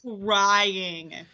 crying